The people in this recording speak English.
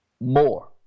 more